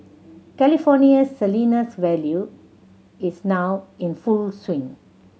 California's Salinas Valley is now in full swing